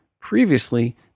Previously